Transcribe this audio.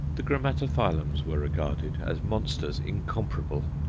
the grammatophyllums were regarded as monsters incomparable.